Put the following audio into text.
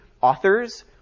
authors